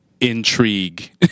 Intrigue